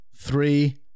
Three